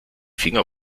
finger